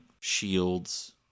shields